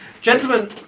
gentlemen